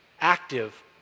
active